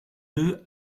deux